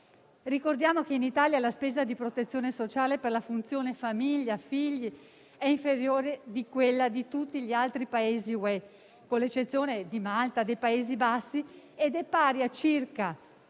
Ricordiamo che in Italia la spesa di protezione sociale per la funzione famiglia e figli è inferiore a quella di tutti gli altri Paesi dell'Unione europea, con l'eccezione di Malta e dei Paesi Bassi, ed è pari a circa